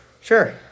Sure